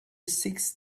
sixth